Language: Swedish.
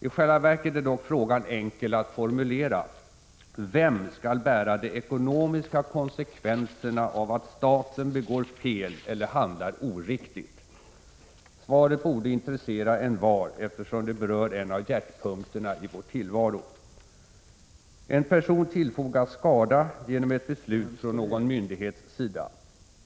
I själva verket är dock frågan enkel att formulera: Vem skall bära de ekonomiska konsekvenserna av att staten begår fel eller handlar oriktigt? Svaret borde intressera envar, eftersom det berör en av hjärtpunkterna i vår tillvaro. En person tillfogas skada genom ett beslut från någon myndighets sida.